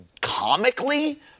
comically